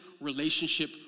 relationship